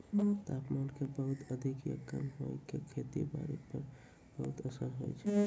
तापमान के बहुत अधिक या कम होय के खेती बारी पर बहुत असर होय छै